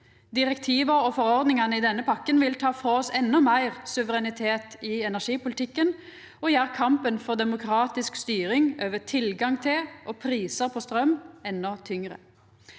Direktiva og forordningane i denne pakka vil ta frå oss endå meir suverenitet i energipolitikken og gjera kampen for demokratisk styring over tilgang til og prisar på straum endå tyngre.